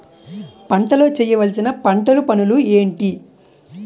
పంటలో చేయవలసిన పంటలు పనులు ఏంటి?